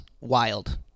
Wild